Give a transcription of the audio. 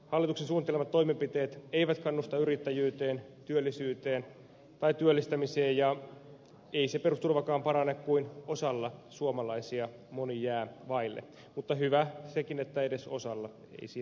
hallituksen suunnittelemat toimenpiteet eivät kannusta yrittäjyyteen työllisyyteen tai työllistämiseen ja ei se perusturvakaan parane kuin osalla suomalaisia moni jää vaille mutta hyvä sekin että edes osalla ei siinä mitään